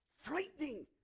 frightening